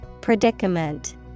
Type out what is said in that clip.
Predicament